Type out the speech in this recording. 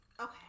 Okay